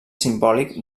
simbòlic